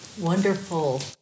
wonderful